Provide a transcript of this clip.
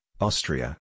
Austria